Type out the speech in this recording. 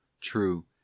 true